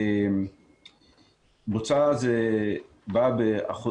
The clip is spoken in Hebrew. היא העובדה שבדיקה אחת פוסלת את הבוצה.